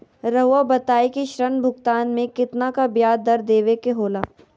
रहुआ बताइं कि ऋण भुगतान में कितना का ब्याज दर देवें के होला?